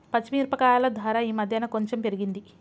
పచ్చి మిరపకాయల ధర ఈ మధ్యన కొంచెం పెరిగింది